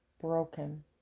broken